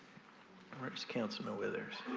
words can't smell withers.